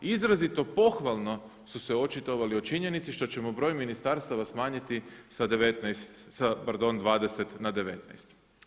Izrazito pohvalno su se očitovali o činjenicu što ćemo broj ministarstava smanjiti sa 20 na 19.